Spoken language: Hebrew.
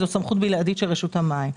זאת סמכות בלעדית של רשות המים.